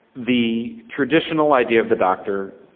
the traditional idea of the doctor,